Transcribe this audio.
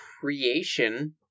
creation